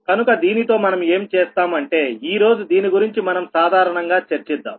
కనుక దీనితో మనం ఏమి చేస్తాము అంటే ఈరోజు దీని గురించి మనం సాధారణంగా చర్చిద్దాం